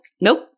nope